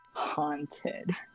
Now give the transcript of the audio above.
haunted